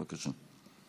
בבקשה.